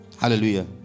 Hallelujah